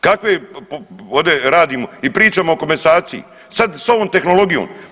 Kakve ovdje radimo i pričamo o komesaciji, sad s ovom tehnologijom.